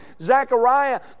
Zechariah